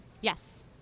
Yes